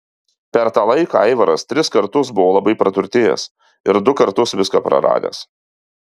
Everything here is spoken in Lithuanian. per tą laiką aivaras tris kartus buvo labai praturtėjęs ir du kartus viską praradęs